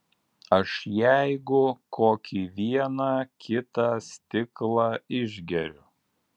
aš jeigu kokį vieną kitą stiklą išgeriu